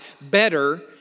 better